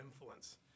influence